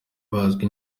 bazwi